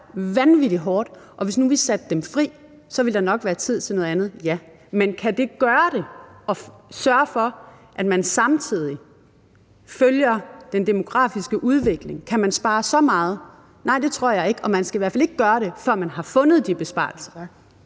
vanvittig hårdt. Og hvis nu vi satte dem fri, ville der nok være tid til noget andet – ja. Men kan det gøre det i forhold til at sørge for, at man samtidig følger den demografiske udvikling? Kan man spare så meget? Nej, det tror jeg ikke, og man skal i hvert fald ikke gøre det, før man har fundet de besparelser.